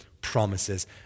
promises